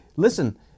Listen